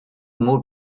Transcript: moved